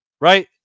right